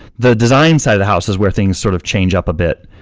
the design side of the house is where things sort of change up a bit,